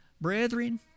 brethren